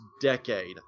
decade